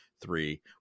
three